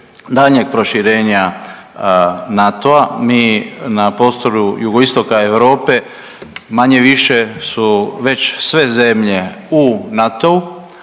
daljnjeg proširenja NATO-a mi na prostoru jugoistoka Europe manje-više su već sve zemlje u NATO-u